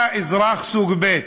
אתה אזרח סוג ב'.